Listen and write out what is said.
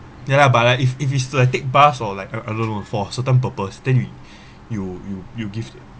ya lah but I if if you should have take bus or like uh I don't know for certain purpose then you you you you give